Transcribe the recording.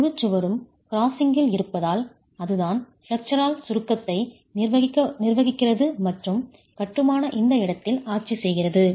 முழுச் சுவரும் கிராஸிங்கில் இருப்பதால் அதுதான் பிளேஸுரால் சுருக்கத்தை நிர்வகிக்கிறது மற்றும் கட்டுமான இந்த இடத்தில் ஆட்சி செய்கிறது